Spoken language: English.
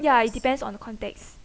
ya it depends on the context